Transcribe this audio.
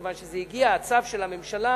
מכיוון שהצו של הממשלה